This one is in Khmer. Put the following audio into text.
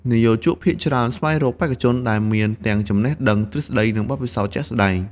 និយោជកភាគច្រើនស្វែងរកបេក្ខជនដែលមានទាំងចំណេះដឹងទ្រឹស្ដី និងបទពិសោធន៍ជាក់ស្តែង។